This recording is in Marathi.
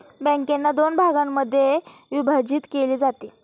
बँकांना दोन भागांमध्ये विभाजित केले जाते